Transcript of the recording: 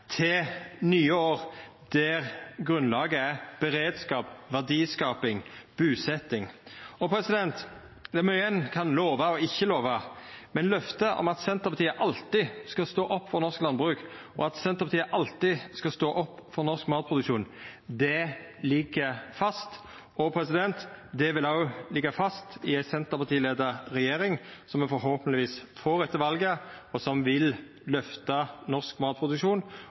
til nye år der grunnlaget er beredskap, verdiskaping og busetjing? Det er mykje ein kan lova og ikkje lova, men løftet om at Senterpartiet alltid skal stå opp for norsk landbruk, og at Senterpartiet alltid skal stå opp for norsk matproduksjon, ligg fast. Det vil òg liggja fast i ei Senterparti-leia regjering, som me forhåpentlegvis får etter valet, og som vil løfta norsk matproduksjon